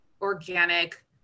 organic